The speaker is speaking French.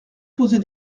poser